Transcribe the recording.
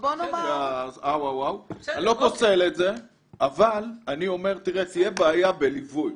אבל אני אומר, תהיה בעיה בליווי,